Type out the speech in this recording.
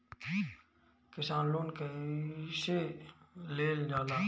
किसान लोन कईसे लेल जाला?